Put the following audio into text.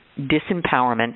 disempowerment